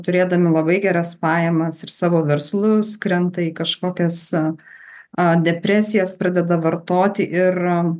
turėdami labai geras pajamas ir savo verslus krenta į kažkokias depresijas pradeda vartoti ir